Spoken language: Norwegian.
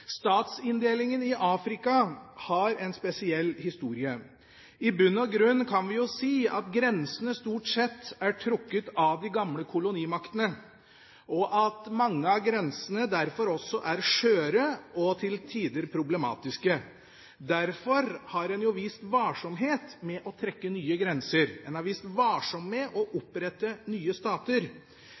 Statsinndelingen i Afrika har en spesiell historie. I bunn og grunn kan vi si at grensene stort sett er trukket av de gamle kolonimaktene, og at mange av grensene derfor også er skjøre og til tider problematiske. Derfor har en vist varsomhet med å trekke nye grenser, en har vist varsomhet med å opprette nye stater.